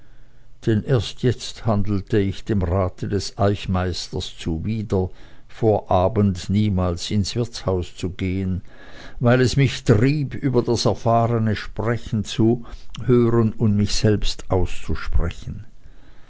denn erst jetzt handelte ich dem rate des eichmeisters zuwider vor abend niemals ins wirtshaus zu gehen weil es mich trieb über das erfahrene sprechen zu hören und mich selbst auszusprechen